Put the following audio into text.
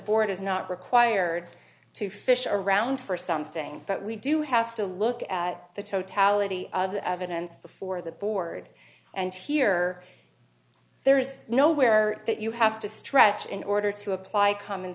board is not required to fish around for something but we do have to look at the totality of the evidence before the board and here there's nowhere that you have to stretch in order to apply common